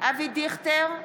אבי דיכטר,